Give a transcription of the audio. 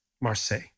Marseille